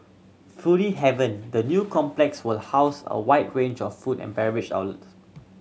foodie haven the new complex will house a wide range of food and beverage outlets